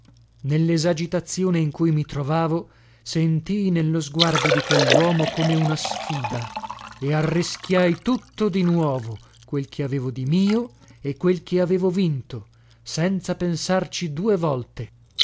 nellesagitazione in cui mi trovavo sentii nello sguardo di quelluomo come una sfida e arrischiai tutto di nuovo quel che avevo di mio e quel che avevo vinto senza pensarci due volte